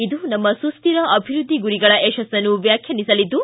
ಇದು ನಮ್ಮ ಸುಸ್ತಿರ ಅಭಿವೃದ್ದಿ ಗುರಿಗಳ ಯಶಸ್ಸನ್ನು ವ್ಯಾಖ್ಯಾನಿಸಲಿದ್ದು